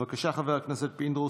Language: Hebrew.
בבקשה, חבר הכנסת פינדרוס.